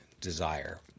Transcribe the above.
desire